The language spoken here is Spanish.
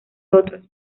otros